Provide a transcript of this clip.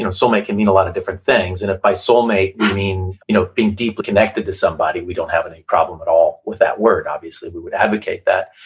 and soulmate can mean a lot of different things, and if by soulmate you mean you know being deeply connected to somebody, we don't have any problem at all with that word, obviously we would advocate that.